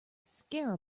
scare